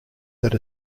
that